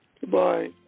Goodbye